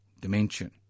dimension